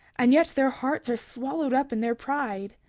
and yet their hearts are swallowed up in their pride.